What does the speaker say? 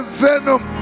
venom